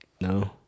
No